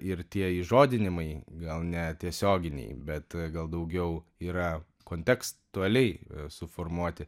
ir tie įrodymai gal ne tiesioginiai bet gal daugiau yra kontekstualiai suformuoti